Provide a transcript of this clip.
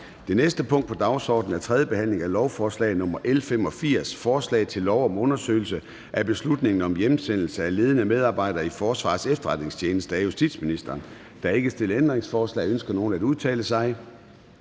Det næste punkt på dagsordenen er: 3) 3. behandling af lovforslag nr. L 85: Forslag til lov om undersøgelse af beslutningen om hjemsendelse af ledende medarbejdere i Forsvarets Efterretningstjeneste. Af justitsministeren (Peter Hummelgaard). (Fremsættelse